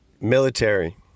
Military